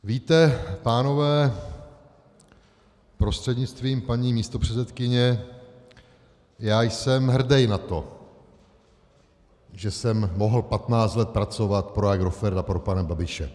Víte, pánové prostřednictvím paní místopředsedkyně, já jsem hrdý na to, že jsem mohl patnáct let pracovat pro Agrofert a pro pana Babiše.